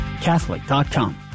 Catholic.com